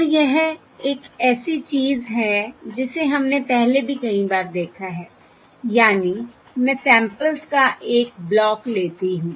और यह एक ऐसी चीज है जिसे हमने पहले भी कई बार देखा है यानी मैं सैंपल्स का एक ब्लॉक लेती हूं